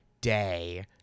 day